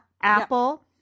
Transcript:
Apple